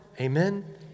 Amen